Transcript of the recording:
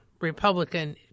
Republican